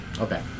okay